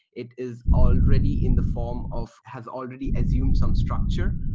it is already in the form of has already assume some structure,